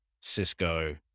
Cisco